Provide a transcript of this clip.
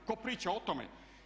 Tko priča o tome?